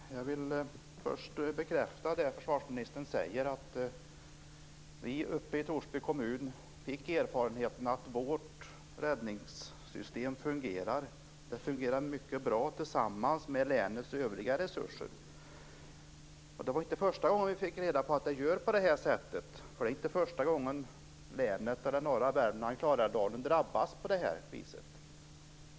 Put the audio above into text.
Fru talman! Jag vill först bekräfta det försvarsministern säger: Vi uppe i Torsby kommun fick erfarenheten att vårt räddningssystem fungerar. Det fungerar mycket bra tillsammans med länets övriga resurser. Det var inte första gången vi fick reda på detta, för det är inte första gången norra Värmland och Klarälvsdalen drabbas på det här viset.